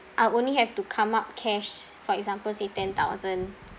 I'll only have to come up cash for example say ten thousand